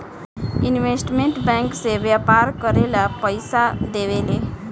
investment bank से व्यापार करेला पइसा देवेले